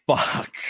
Fuck